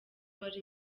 wari